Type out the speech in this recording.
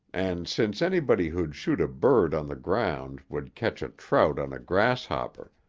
and since anybody who'd shoot a bird on the ground would catch a trout on a grasshopper,